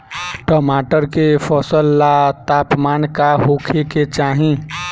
टमाटर के फसल ला तापमान का होखे के चाही?